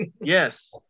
Yes